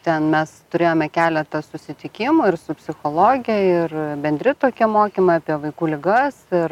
ten mes turėjome keletą susitikimų ir su psichologe ir bendri tokie mokymai apie vaikų ligas ir